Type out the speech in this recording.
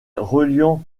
reliant